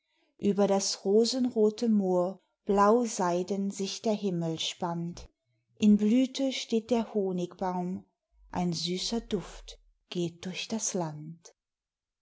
über das rosenrote moor blauseiden sich der himmel spannt in blüte steht der honigbaum ein süßer duft geht durch das land